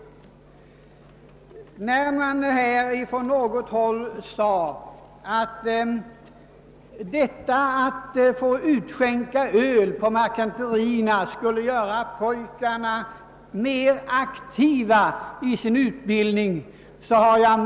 Jag har mycket liten förståelse för vad som från något håll sades om att utskänkning av öl på marketenterierna skulle göra pojkarna mer aktiva i utbildningen.